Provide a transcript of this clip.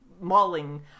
mauling